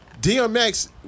DMX